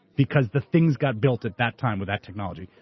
because the things got built at that time with that technology.